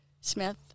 Smith